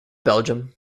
belgium